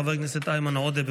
חבר הכנסת איימן עודה,